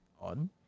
On